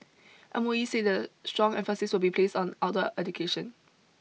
M O E said that strong emphasis will be placed on outdoor education